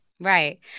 Right